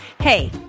Hey